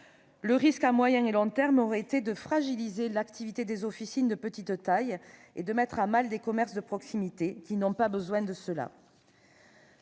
Le risque, à moyen et long termes, aurait été de fragiliser l'activité des officines de petite taille et de mettre à mal des commerces de proximité qui n'ont pas besoin de cela.